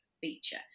feature